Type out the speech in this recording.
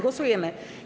Głosujemy.